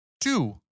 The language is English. two